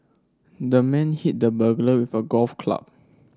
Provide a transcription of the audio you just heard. the man hit the burglar with a golf club